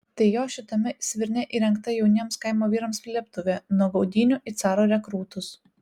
tai jo šitame svirne įrengta jauniems kaimo vyrams slėptuvė nuo gaudynių į caro rekrūtus